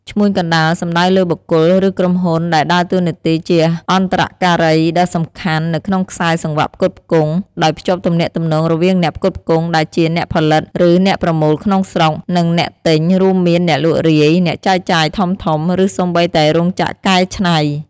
ឈ្មួញកណ្តាល សំដៅលើបុគ្គល ឬក្រុមហ៊ុនដែលដើរតួនាទីជាអន្តរការីដ៏សំខាន់នៅក្នុងខ្សែសង្វាក់ផ្គត់ផ្គង់ ដោយភ្ជាប់ទំនាក់ទំនងរវាងអ្នកផ្គត់ផ្គង់ ដែលជា អ្នកផលិត ឬ អ្នកប្រមូលក្នុងស្រុក និងអ្នកទិញ រួមមាន អ្នកលក់រាយ អ្នកចែកចាយធំៗ ឬសូម្បីតែរោងចក្រកែច្នៃ។